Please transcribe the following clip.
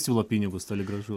siūlo pinigus toli gražu